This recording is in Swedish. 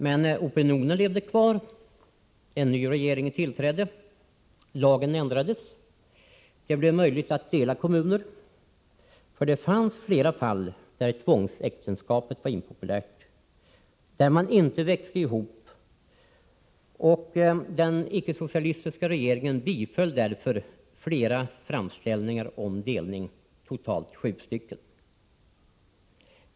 Men opinionen levde kvar, en ny regering tillträdde, lagen ändrades, och det blev möjligt att dela kommuner. Det fanns flera fall där tvångsäktenskapet var impopulärt och där man inte växte ihop, och den icke-socialistiska regeringen biföll därför flera framställningar om delning — totalt sju stycken.